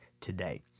today